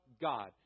God